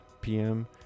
pm